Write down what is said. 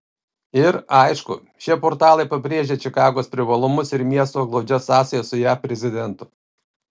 ir aišku šie portalai pabrėžia čikagos privalumus ir miesto glaudžias sąsajas su jav prezidentu